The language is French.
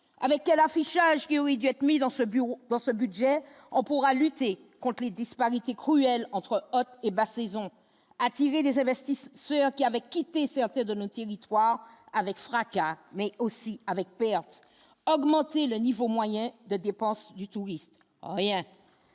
avec l'affichage, qui aurait dû être mis dans ce bureau dans ce budget, on pourra lutter contre et disparités cruel entre haute et basse saison attirer des investisseurs, ce qui avait quitté certaines de nos territoires avec fracas, mais aussi avec perte augmenter le niveau moyen de dépense du touriste rien.